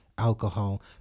alcohol